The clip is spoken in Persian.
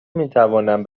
میتوانم